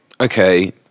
okay